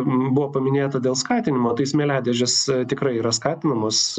buvo paminėta dėl skatinimo tai smėliadėžės tikrai yra skatinamos